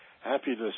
Happiness